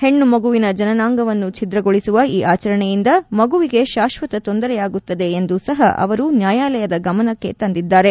ಹೆಣ್ಣು ಮಗುವಿನ ಜನನಾಂಗವನ್ನು ಛಿದ್ರಗೊಳಿಸುವ ಈ ಆಚರಣೆಯಿಂದ ಮಗುವಿಗೆ ಶಾಶ್ವತ ತೊಂದರೆಯಾಗುತ್ತದೆ ಎಂದು ಸಹ ಅವರು ನ್ನಾಯಾಲಯದ ಗಮನಕ್ಕೆ ತಂದಿದ್ದಾರೆ